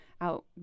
out